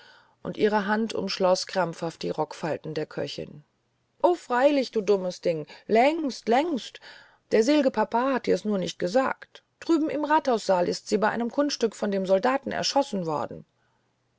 und ihre hand umschloß krampfhaft die rockfalten der köchin o freilich du dummes ding längst längst der sel'ge papa hat dir's nur nicht gesagt drüben im rathaussaale ist sie bei einem kunststücke von den soldaten erschossen worden